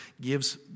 gives